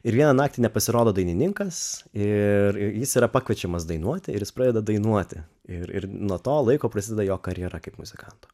ir vieną naktį nepasirodo dainininkas ir jis yra pakviečiamas dainuoti ir jis pradeda dainuoti ir nuo to laiko prasideda jo karjera kaip muzikanto